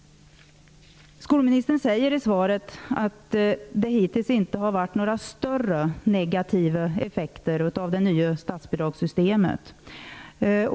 Skolministern säger i sitt svar att det hittills inte har varit några större negativa effekter av det nya statsbidragssystemet.